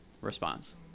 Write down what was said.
response